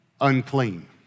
unclean